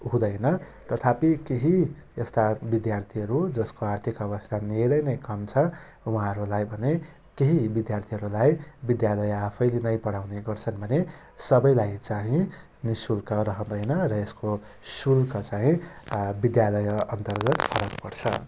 हुँदैन तथापि केही यस्ता विद्यार्थीहरू जसको आर्थिक अवस्था धेरै नै कम छ उहाँहरूलाई भने केही विद्यार्थीहरूलाई विद्यालय आफैले नै पढाउने गर्छन् भने सबैलाई चाहिँ निःशुल्क रहँदैन र यसको शुल्क चाहिँ विद्यालयअन्तर्गत फरक पर्छ